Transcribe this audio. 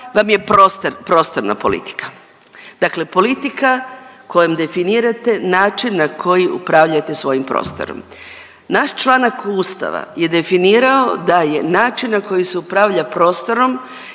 vam je prostorna politika, dakle politika kojom definirate način na koji upravljate svojim prostorom. Naš članak Ustava je definirao da je način na koji se upravlja prostorom